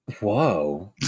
Whoa